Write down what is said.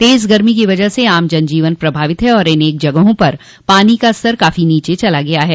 तेज़ गर्मी की वजह से आम जन जीवन प्रभावित है और अनेक जगहों पर पानी का स्तर काफो नीचे चला गया है